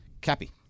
Cappy